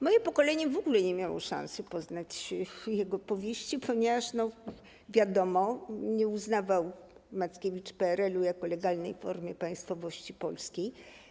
Moje pokolenie w ogóle nie miało szansy poznać jego powieści, ponieważ, wiadomo, nie uznawał Mackiewicz PRL-u jako legalnej formy państwowości polskiej.